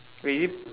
wait is it